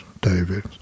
David